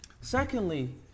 Secondly